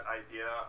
idea